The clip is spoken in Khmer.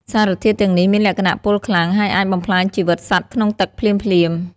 សារធាតុទាំងនេះមានលក្ខណៈពុលខ្លាំង ហើយអាចបំផ្លាញជីវិតសត្វក្នុងទឹកភ្លាមៗ។